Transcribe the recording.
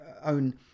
own